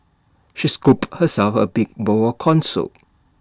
she scooped herself A big bowl of Corn Soup